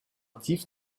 actif